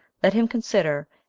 let him consider,